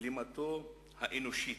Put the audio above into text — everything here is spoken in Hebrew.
גלימתו האנושית,